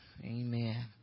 amen